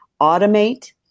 automate